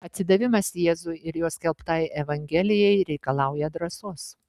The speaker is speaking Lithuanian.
atsidavimas jėzui ir jo skelbtai evangelijai reikalauja drąsos